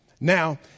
Now